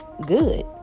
good